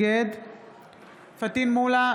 נגד פטין מולא,